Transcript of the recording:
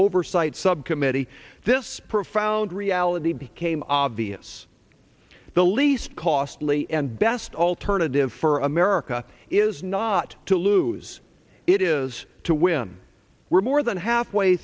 oversight subcommittee this profound reality became obvious the least costly and best alternative for america is not to lose it is to win we're more than halfway